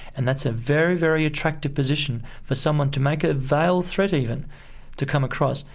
and that's a very, very attractive position for someone to make a veiled threat even to come across.